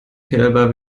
kälber